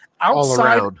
Outside